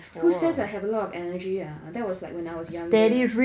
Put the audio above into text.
who says I have a lot of energy ah that was when I was younger